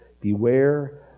Beware